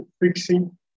fixing